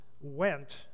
went